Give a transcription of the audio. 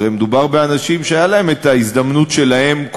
הרי מדובר באנשים שהייתה להם ההזדמנות שלהם,